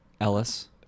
Ellis